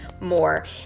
more